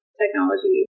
technology